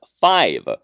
five